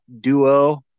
duo